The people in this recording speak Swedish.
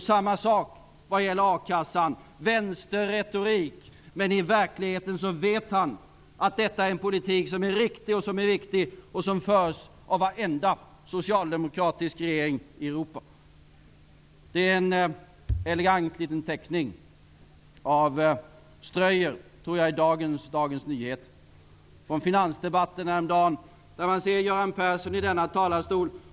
Samma sak vad gäller a-kassan: Vänsterretorik. Men i verkligheten vet han att detta är en politik som är riktig och viktig och som förs av varenda socialdemokratisk regering i Europa. Det finns en elegant liten teckning av Ströyer i dag i Dagens Nyheter. Man ser Göran Persson i finansdebatten häromdagen stå här i denna talarstol.